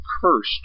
cursed